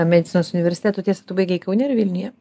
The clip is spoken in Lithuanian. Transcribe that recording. medicinos universiteto tiesa tu baigei kaune ar vilniuje